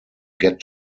get